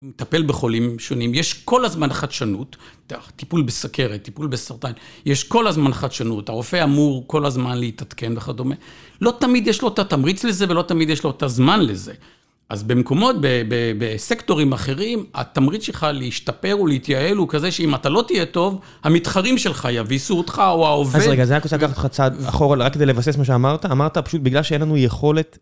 מטפל בחולים שונים, יש כל הזמן חדשנות, תכף, טיפול בסכרת, טיפול בסרטן, יש כל הזמן חדשנות, הרופא אמור כל הזמן להתעדכן וכדומה, לא תמיד יש לו את התמריץ לזה ולא תמיד יש לו את הזמן לזה. אז במקומות, בסקטורים אחרים, התמריץ שלך להשתפר ולהתייעל הוא כזה שאם אתה לא תהיה טוב, המתחרים שלך יביסו אותך או העובד... אז רגע, אז אני רק רוצה לקחת אותך צעד אחורה, רק כדי לבסס מה שאמרת, אמרת פשוט בגלל שאין לנו יכולת...